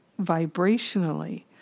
vibrationally